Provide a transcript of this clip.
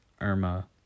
Irma